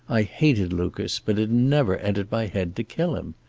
i hated lucas, but it never entered my head to kill him.